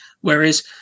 Whereas